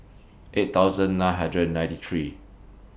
eight thousand nine hundred and ninety three